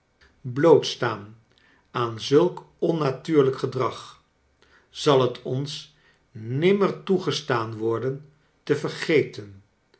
blootsfcaan aan zulk onnatuurlijk gedrag zal het ons nimmer toegestaan worden te vergeten